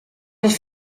ich